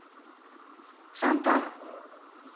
Santal